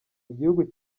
igihugu